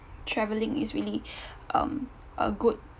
traveling is really um a good